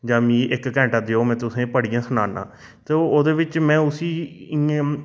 जां मिं इक घैंटा देओ में तुसेंई पढ़ियै सनाना तो ओह्दे बिच में उसी इ'यै